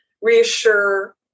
reassure